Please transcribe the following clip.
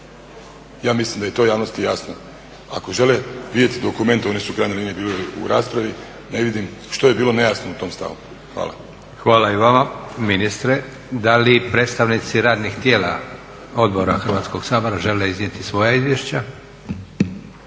Ja mislim da je to javnosti jasno. Ako žele vidjeti dokument one su u krajnjoj liniji bile u raspravi, ne vidim što je bilo nejasno u tom stavu. Hvala. **Leko, Josip (SDP)** Hvala i vama ministre. Da li predstavnici radnih tijela, odbora Hrvatskog sabora žele iznijeti svoja izvješća?